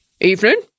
Evening